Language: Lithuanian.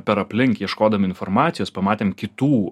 per aplink ieškodami informacijos pamatėm kitų